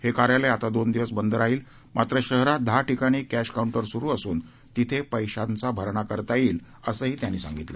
हे कार्यालय दोन दिवस बंद राहील मात्र शहरात दहा ठिकाणी कश्चि काऊंटर सुरू असून तिथे पैशाचा भरणा करता येईल असंही त्यांनी सांगितलं